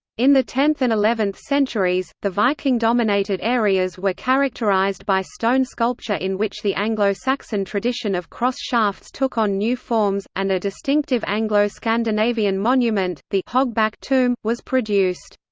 in the tenth and eleventh centuries, the viking dominated areas were characterised by stone sculpture in which the anglo-saxon tradition of cross shafts took on new forms, and a distinctive anglo-scandinavian monument, the hogback tomb, was produced.